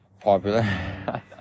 popular